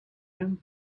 him